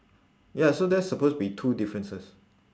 ya so that's supposed to be two differences